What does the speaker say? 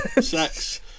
Sex